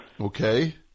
Okay